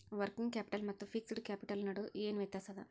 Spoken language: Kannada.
ವರ್ಕಿಂಗ್ ಕ್ಯಾಪಿಟಲ್ ಮತ್ತ ಫಿಕ್ಸ್ಡ್ ಕ್ಯಾಪಿಟಲ್ ನಡು ಏನ್ ವ್ಯತ್ತ್ಯಾಸದ?